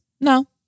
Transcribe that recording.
No